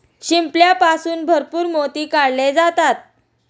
शिंपल्यापासून भरपूर मोती काढले जातात